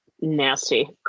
nasty